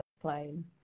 plane